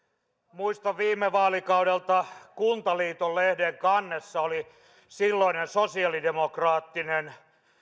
muistan viime vaalikaudelta kun kuntaliiton lehden kannessa oli silloinen sosiaalidemokraattinen